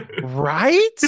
Right